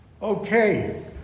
Okay